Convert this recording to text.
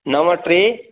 नव टे